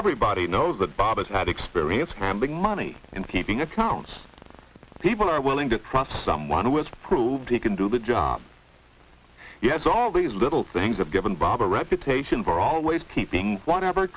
everybody knows that bob has had experience handling money and keeping accounts people are willing to trust someone who has proved he can do the job yes all these little things have given bob a reputation for always keeping whatever